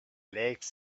legs